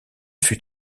fut